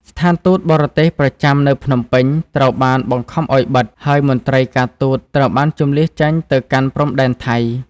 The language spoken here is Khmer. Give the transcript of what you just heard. ស្ថានទូតបរទេសប្រចាំនៅភ្នំពេញត្រូវបានបង្ខំឱ្យបិទ ហើយមន្ត្រីការទូតត្រូវបានជម្លៀសចេញទៅកាន់ព្រំដែនថៃ។